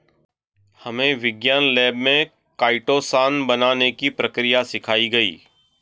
हमे विज्ञान लैब में काइटोसान बनाने की प्रक्रिया सिखाई गई